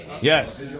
Yes